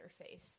face